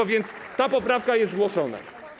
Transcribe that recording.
A więc ta poprawka jest zgłoszona.